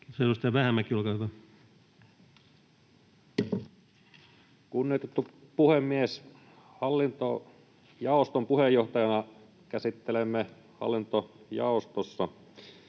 Kunnioitettu puhemies! Hallintojaoston puheenjohtajana: Käsittelemme hallintojaostossa